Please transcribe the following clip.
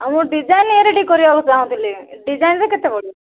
ଆଉ ମୁଁ ଡିଜାଇନରେ ଟିକେ କରିବାକୁ ଚାହୁଁଥିଲି ଡିଜାଇନରେ କେତେ ପଡ଼ିବ